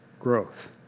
growth